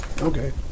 Okay